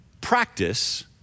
Practice